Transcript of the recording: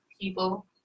people